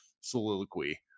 soliloquy